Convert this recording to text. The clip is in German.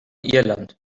irland